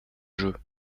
jeu